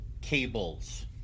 cables